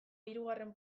hirugarren